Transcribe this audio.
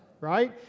Right